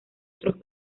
otros